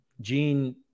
Gene